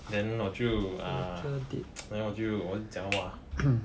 then 我就 ah then 我就讲 !wah!